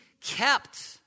kept